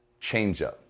changeup